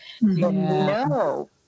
No